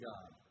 God